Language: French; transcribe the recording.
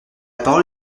parole